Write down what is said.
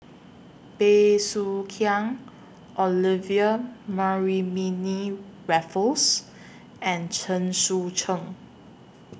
Bey Soo Khiang Olivia Mariamne Raffles and Chen Sucheng